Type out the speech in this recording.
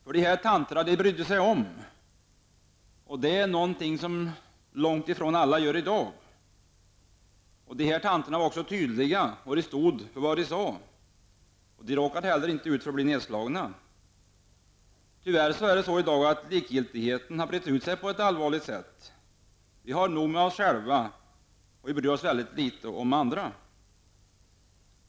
För dessa tanter brydde sig om, och det är någonting som långt ifrån alla gör i dag. De var tydliga och stod för vad de sade, och de råkade heller aldrig ut för att bli nedslagna. Tyvärr har likgiltigheten brett ut sig på ett allvarligt sätt i dag. Vi har nog med oss själva och bryr oss litet om andra.